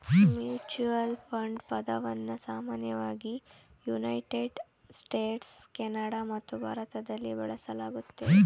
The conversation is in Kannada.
ಮ್ಯೂಚುಯಲ್ ಫಂಡ್ ಪದವನ್ನ ಸಾಮಾನ್ಯವಾಗಿ ಯುನೈಟೆಡ್ ಸ್ಟೇಟ್ಸ್, ಕೆನಡಾ ಮತ್ತು ಭಾರತದಲ್ಲಿ ಬಳಸಲಾಗುತ್ತೆ